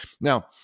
now